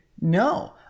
no